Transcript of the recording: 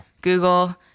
Google